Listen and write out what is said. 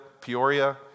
Peoria